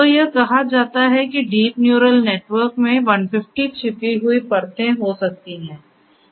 तो यह कहा जाता है कि दीप म्यूरल नेटवर्क में 150 छिपी हुई परतें हो सकती हैं